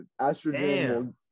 estrogen